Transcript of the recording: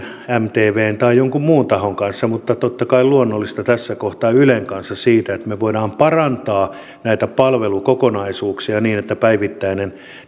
mtvn tai jonkun muun tahon kanssa mutta totta kai luonnollisesti tässä kohtaa ylen kanssa siitä että me voimme parantaa näitä palvelukokonaisuuksia niin että päivittäinen